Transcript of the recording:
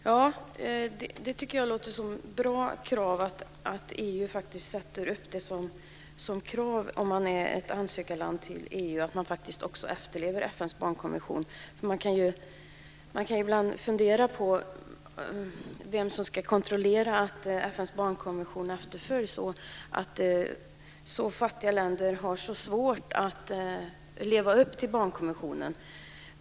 Fru talman! Jag tycker att det låter som ett bra krav för EU att ställa på ansökarländerna att de måste efterleva FN:s barnkonvention. Man kan ibland fundera på vem som ska kontrollera att FN:s barnkonvention efterföljs och att fattiga länder har så svårt att leva upp till konventionen.